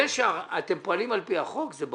זה שאתם פועלים על פי החוק, זה ברור.